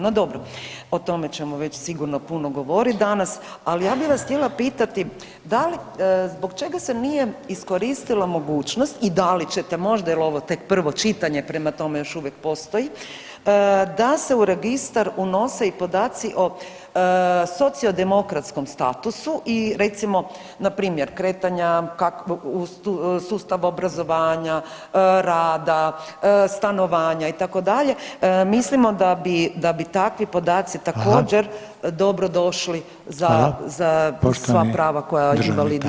No dobro, o tome ćemo već sigurno puno govorit danas, ali ja bih vas htjela pitati da li, zbog čega se nije iskoristila mogućnost i da li ćete možda jel ovo je tek prvo čitanje, prema tome još uvijek postoji, da se u registar unose i podaci o sociodemokratskom statusu i recimo npr. kretanja u sustavu obrazovanja, rada, stanovanja itd., mislimo da bi, da bi takvi podaci također dobro došli za, za sva prava koja invaliditeti mogu … [[Govornik se ne razumije]] okej, hvala.